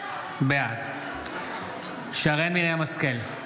בעד שרן מרים השכל,